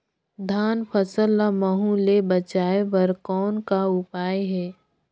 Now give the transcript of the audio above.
धान फसल ल महू ले बचाय बर कौन का उपाय हे?